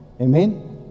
Amen